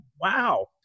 wow